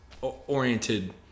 oriented